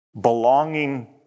Belonging